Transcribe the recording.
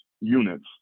units